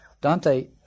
Dante